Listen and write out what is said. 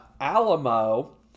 Alamo